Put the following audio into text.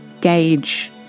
gauge